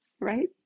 right